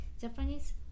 Japanese